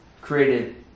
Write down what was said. created